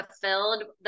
fulfilled